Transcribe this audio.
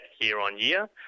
year-on-year